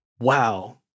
wow